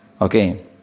Okay